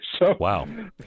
Wow